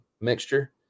mixture